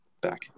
back